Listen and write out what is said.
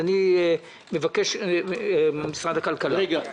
אני מבקש --- רגע,